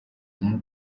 umu